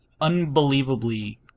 unbelievably